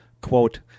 Quote